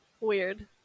Weird